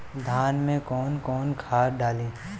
धान में कौन कौनखाद डाली?